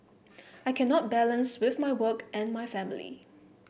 I cannot balance with my work and my family